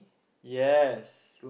yes